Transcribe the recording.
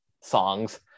songs